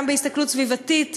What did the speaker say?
גם בהסתכלות סביבתית,